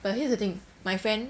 but here's the thing my friend